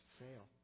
fail